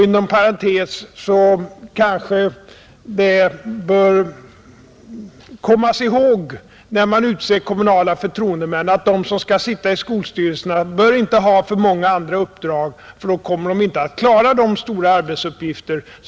Inom parentes vill jag säga, att när man utser kommunala förtroendemän, så skall man komma ihåg att de som kommer att sitta i skolstyrelserna inte bör ha för många andra uppdrag, ty annars kan de inte klara dessa stora arbetsuppgifter.